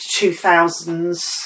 2000s